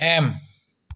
M